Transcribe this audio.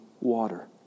water